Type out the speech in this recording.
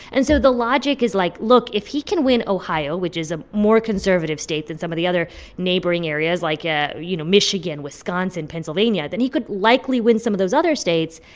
and so the logic is, like, look. if he can win ohio, which is a more conservative state than some of the other neighboring areas like, ah you know, michigan, wisconsin, pennsylvania then he could likely win some of those other states.